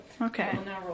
Okay